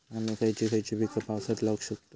आम्ही खयची खयची पीका पावसात लावक शकतु?